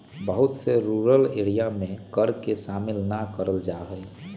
बहुत से rural area में कर के शामिल ना कइल जा हई